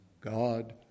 God